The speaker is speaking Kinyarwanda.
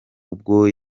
ubwo